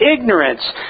ignorance